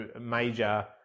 Major